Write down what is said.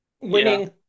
winning